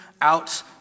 out